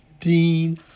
dean